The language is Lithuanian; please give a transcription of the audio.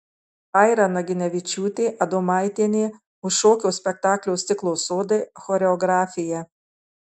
aira naginevičiūtė adomaitienė už šokio spektaklio stiklo sodai choreografiją